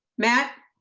matt.